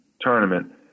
tournament